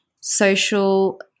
social